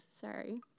Sorry